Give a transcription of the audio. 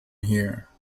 here